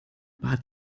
bat